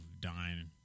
dying